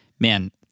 Man